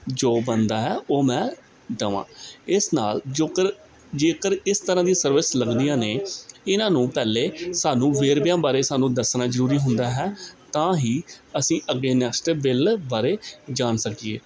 ਜੋ ਬਣਦਾ ਹੈ ਉਹ ਮੈਂ ਦੇਵਾਂ ਇਸ ਨਾਲ ਜੋਕਰ ਜੇਕਰ ਇਸ ਤਰ੍ਹਾਂ ਦੀ ਸਰਵਿਸ ਲੱਗਦੀਆਂ ਨੇ ਇਹਨਾਂ ਨੂੰ ਪਹਿਲਾਂ ਸਾਨੂੰ ਵੇਰਵਿਆਂ ਬਾਰੇ ਸਾਨੂੰ ਦੱਸਣਾ ਜ਼ਰੂਰੀ ਹੁੰਦਾ ਹੈ ਤਾਂ ਹੀ ਅਸੀਂ ਅੱਗੇ ਨੈਕਸਟ ਬਿੱਲ ਬਾਰੇ ਜਾਣ ਸਕੀਏ